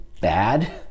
bad